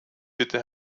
bitte